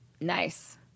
Nice